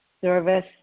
service